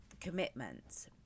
commitments